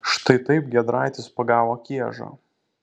štai taip giedraitis pagavo kiežą